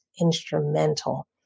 instrumental